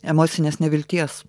emocinės nevilties